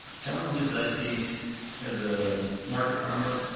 challenges i see as a market farmer,